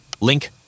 Link